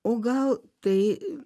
o gal tai